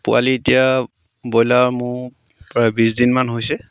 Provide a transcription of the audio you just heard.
পোৱালি এতিয়া ব্ৰইলাৰ মোৰ প্ৰায় বিছ দিনমান হৈছে